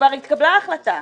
כבר התקבלה ההחלטה,